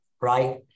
right